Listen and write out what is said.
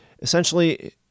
essentially